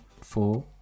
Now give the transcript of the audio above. Four